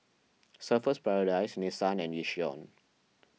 Surfer's Paradise Nissan and Yishion